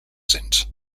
sind